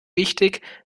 wichtig